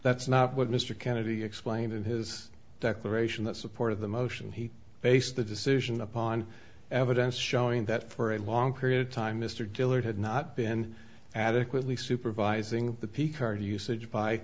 that's not what mr kennedy explained in his declaration that support of the motion he based the decision upon evidence showing that for a long period of time mr dillard had not been adequately supervising the p card usage by